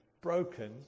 broken